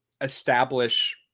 establish